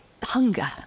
Hunger